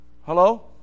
Hello